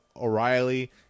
O'Reilly